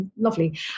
lovely